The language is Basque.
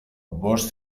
bost